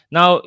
Now